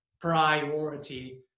priority